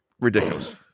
ridiculous